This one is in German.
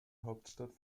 hauptstadt